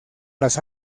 las